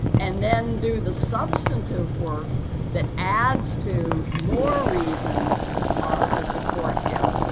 and then do the substantive work that adds to more reasons to support you.